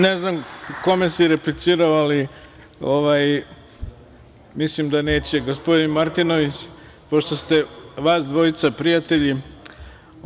Ne znam kome si replicirao, ali mislim da neće gospodin Martinović, pošto ste vas dvojica prijatelji.